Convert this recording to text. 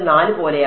4 പോലെയാണ്